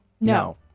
No